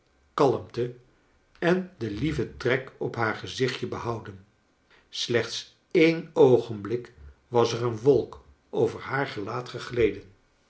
kalmte en den lieven trek op haar gezichtje behouden slechts een oogenblik was er een wolk over haar gelaat gegleden